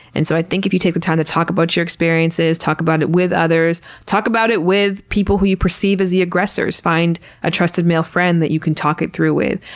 and so, i think if you take the time to talk about your experiences, talk about it with others, talk about it with people who you perceive as the aggressors. find a trusted male friend that you can talk it through with.